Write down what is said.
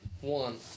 one